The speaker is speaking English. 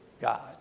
God